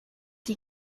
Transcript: die